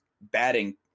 batting